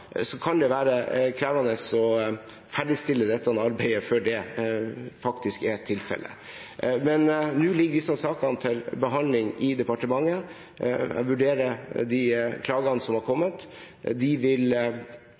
kan det være krevende å ferdigstille dette arbeidet før det faktisk er tilfellet. Men nå ligger disse sakene til behandling i departementet. Jeg vurderer de klagene som er kommet. De vil